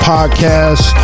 Podcast